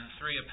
three